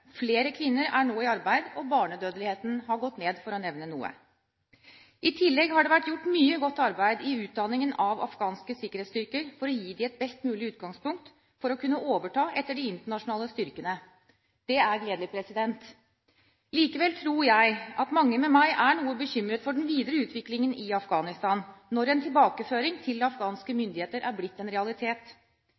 flere kvinner er nå i arbeid og barnedødeligheten har gått ned, for å nevne noe. I tillegg har det vært gjort mye godt arbeid i utdanningen av afghanske sikkerhetsstyrker for å gi dem et best mulig utgangspunkt for å kunne overta etter de internasjonale styrkene. Det er gledelig. Likevel tror jeg at mange med meg er noe bekymret for den videre utviklingen i Afghanistan når en tilbakeføring til afghanske myndigheter er blitt en realitet.